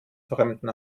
fremden